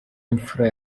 imfura